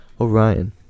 Orion